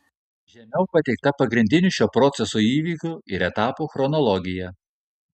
žemiau pateikta pagrindinių šio proceso įvykių ir etapų chronologija